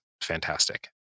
fantastic